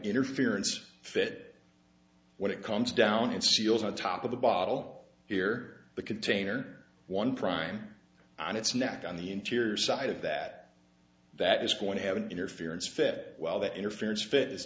interference fit when it comes down it seals on top of the bottle here the container one prime on its neck on the interior side of that that is going to have an interference fit well that interference fit